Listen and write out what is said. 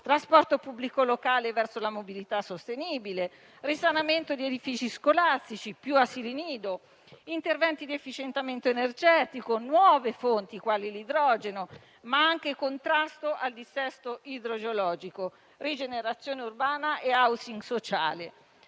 trasporto pubblico locale verso la mobilità sostenibile; risanamento di edifici scolastici; più asili nido; interventi di efficientamento energetico; nuove fonti quali l'idrogeno, ma anche contrasto al dissesto idrogeologico; rigenerazione urbana e *housing* sociale.